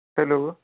hello